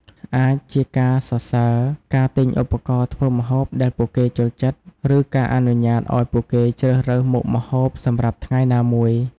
អាចជាការសរសើរ ការទិញឧបករណ៍ធ្វើម្ហូបដែលពួកគេចូលចិត្ត ឬការអនុញ្ញាតឱ្យពួកគេជ្រើសរើសមុខម្ហូបសម្រាប់ថ្ងៃណាមួយ។